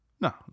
No